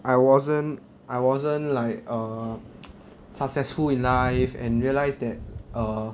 I wasn't I wasn't like err successful in life and realize that err